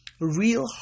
real